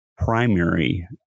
primary